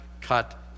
cut